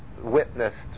witnessed